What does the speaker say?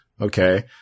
Okay